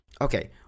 okay